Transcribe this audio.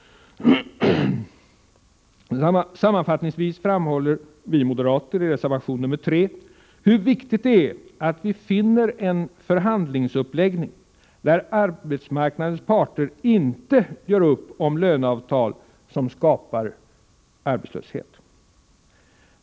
Sammanfattningsvis framhåller vi moderater i reservation 3 hur viktigt det är att man finner en förhandlingsuppläggning. där arbetsmarknadens parter inte gör upp om löneavtal som skapar arbetslöshet.